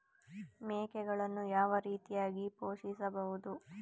ಮೇಕೆಗಳನ್ನು ಯಾವ ರೀತಿಯಾಗಿ ಪೋಷಿಸಬಹುದು?